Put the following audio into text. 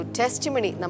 testimony